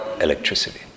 electricity